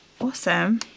Awesome